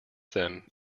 them